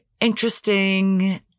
interesting